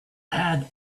add